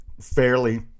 fairly